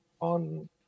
on